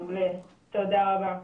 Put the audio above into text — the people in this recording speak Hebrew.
מעולה, תודה רבה,